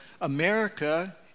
America